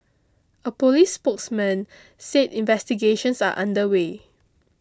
a police spokesman said investigations are under way